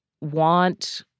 want